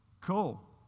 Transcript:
cool